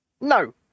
No